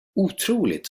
otroligt